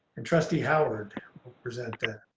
and trustee howard will present that.